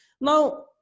Now